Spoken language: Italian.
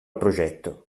progetto